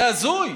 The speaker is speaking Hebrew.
זה הזוי.